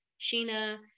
Sheena